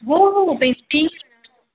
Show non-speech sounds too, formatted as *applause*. हो हो हो *unintelligible*